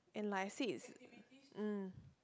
and like I said it's mm